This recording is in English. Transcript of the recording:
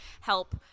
help